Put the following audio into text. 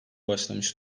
başlamış